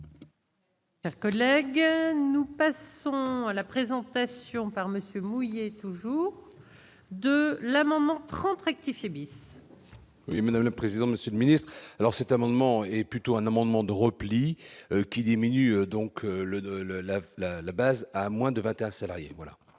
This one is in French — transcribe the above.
Collègues nous passerons à la présentation par monsieur toujours de l'amendement 30 rectifier bis. Oui, mais le président, Monsieur le Ministre, alors cet amendement est plutôt un amendement de repli qui diminue donc le le la, la, la base à moins de 21 salariés